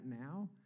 now